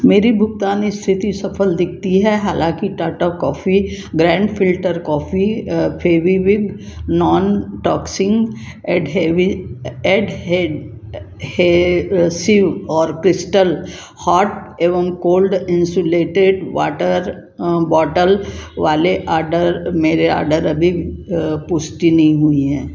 मेरी भुगतान स्थिति सफल दिखती है हालाँकि Tata coffee grand filter coffee Fevikwik non toxic adhesive adhesive और crystal hot and cold insulated water bottle वाले आडर मेरे आर्डर अभी पुष्टि नहीं हुई है